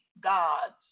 gods